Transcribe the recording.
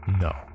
No